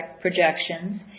projections